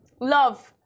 Love